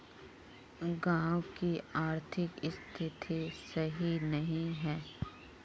गाँव की आर्थिक स्थिति सही नहीं है?